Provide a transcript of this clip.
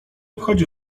obchodzi